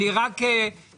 אני רק מבקש,